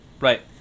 Right